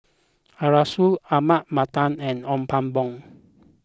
Arasu Ahmad Mattar and Ong Pang Boon